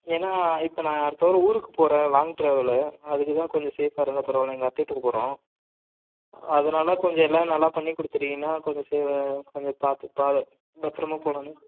ஏன்னால் இப்போ நான் அடுத்தவாரம் ஊருக்கு போகிறேன் லாங் டிராவலு அதுக்கு தான் கொஞ்சம் சேஃப்பாக இருந்தால் பரவாயில்லிங்க எங்கள் அத்தை வீட்டுக்கு போகிறோம் அதனால கொஞ்சம் எல்லா நல்லா பண்ணிக் கொடுத்திட்டிங்கன்னா கொஞ்சம் சே கொஞ்சம் பார்த்து பாத பத்திரமா போகலானு